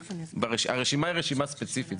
הרשימה היא רשימה ספציפית,